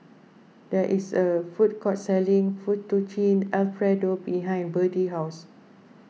there is a food court selling Fettuccine Alfredo behind Berdie house